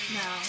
no